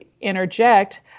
interject